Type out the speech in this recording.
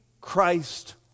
Christ